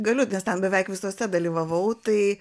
galiu nes ten beveik visose dalyvavau tai